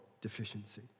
deficiency